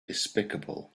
despicable